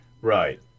Right